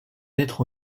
naître